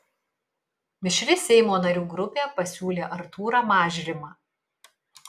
mišri seimo narių grupė pasiūlė artūrą mažrimą